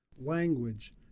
Language